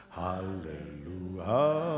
hallelujah